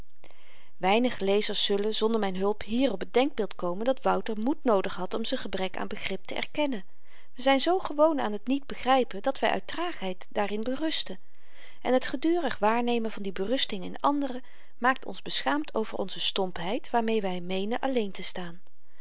weinig lezers zullen zonder myn hulp hier op t denkbeeld komen dat wouter moed noodig had om z'n gebrek aan begrip te erkennen we zyn zoo gewoon aan t niet begrypen dat wy uit traagheid daarin berusten en t gedurig waarnemen van die berusting in anderen maakt ons beschaamd over onze stompheid waarmeê wy meenen alleen te staan